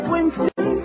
Winston